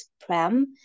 prem